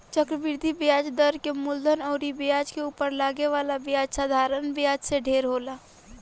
चक्रवृद्धि ब्याज दर के मूलधन अउर ब्याज के उपर लागे वाला ब्याज साधारण ब्याज से ढेर होला